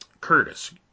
Curtis